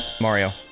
Mario